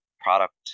product